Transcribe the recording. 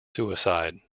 suicide